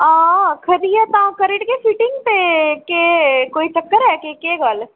हां हां खरी ऐ तां करी ओड़गे फिटिंग ते के कोई चक्कर ऐ के केह् गल्ल